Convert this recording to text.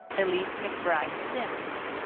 elise mcbryde sims.